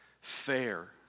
fair